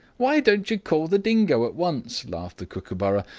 why don't you call the dingo at once? laughed the kookooburra,